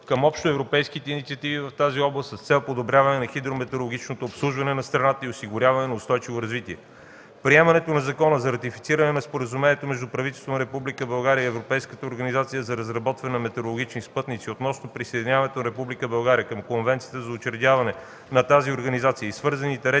към общоевропейските инициативи в тази област с цел подобряване на хидрометеорологичното обслужване на страната и осигуряване на устойчиво развитие. Приемането на Закона за ратифициране на Споразумението между правителството на Република България и Европейската организация за разработване на метеорологични спътници относно присъединяването на Република България към Конвенцията за учредяването на тази организация и свързаните ред и